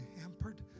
hampered